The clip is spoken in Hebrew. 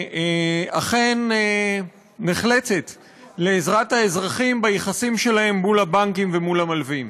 שאכן נחלצת לעזרת האזרחים ביחסים שלהם מול הבנקים ומול המלווים.